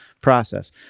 process